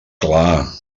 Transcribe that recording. clar